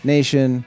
Nation